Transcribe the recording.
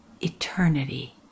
eternity